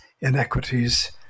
inequities